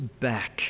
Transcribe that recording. back